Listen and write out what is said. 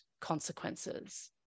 consequences